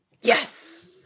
Yes